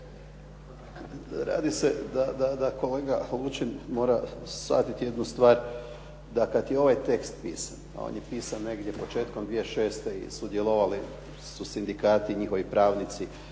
Radi se da kolega Lučin mora shvatiti jednu stvar da kada je ovaj tekst pisan, a on je pisan negdje početkom 2006. i sudjelovali su sindikati, njihovi pravnici